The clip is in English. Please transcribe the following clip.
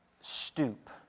stoop